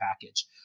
package